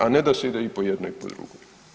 A ne da se ide i po jedno i po drugo.